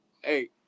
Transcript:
hey